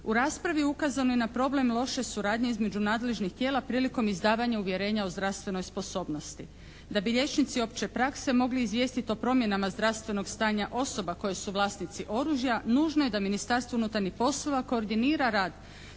U raspravi ukazano je na problem loše suradnje između nadležnih tijela prilikom izdavanja uvjerenja o zdravstvenoj sposobnosti. Da bi liječnici opće prakse mogli izvijestiti o promjenama zdravstvenog stanja osoba koje su vlasnici oružja nužno je da Ministarstvo unutarnjih poslova koordinira rad